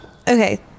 Okay